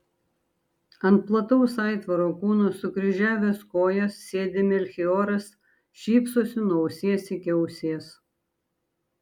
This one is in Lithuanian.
ant plataus aitvaro kūno sukryžiavęs kojas sėdi melchioras šypsosi nuo ausies iki ausies